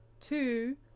two